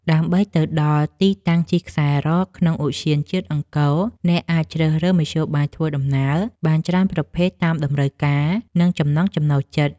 ដើម្បីទៅដល់ទីតាំងជិះខ្សែរ៉កនៅក្នុងឧទ្យានជាតិអង្គរ អ្នកអាចជ្រើសរើសមធ្យោបាយធ្វើដំណើរបានច្រើនប្រភេទតាមតម្រូវការ និងចំណង់ចំណូលចិត្ត។